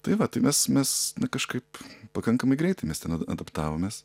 tai va tai mes mes kažkaip pakankamai greitai mes adaptavomės